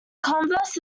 converse